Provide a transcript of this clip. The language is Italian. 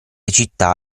città